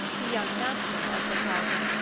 the young master, as they called him,